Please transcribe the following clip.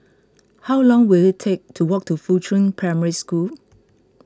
how long will it take to walk to Fuchun Primary School